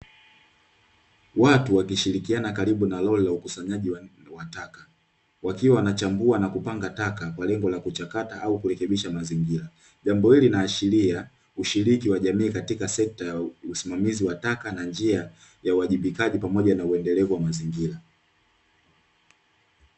Watu wakishirikiana karibu na lori la ukusanyaji wa taka, wakiwa wanachambua na kupanga taka kwa lengo la kuchakata au kurekebisha mazingira. Jambo hili linaashiria ushiriki wa jamii katika sekta ya usimamizi wa taka, na njia ya uwajibikaji, pamoja na uendelevu wa mazingira.